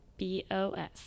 B-O-S